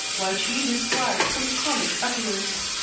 while she describes some comic occurrence.